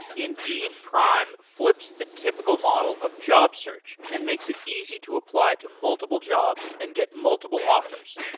indeed prime flips the typical model of job search and makes it easy to apply to multiple jobs and get multiple offers.